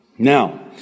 Now